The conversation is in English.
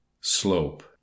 Slope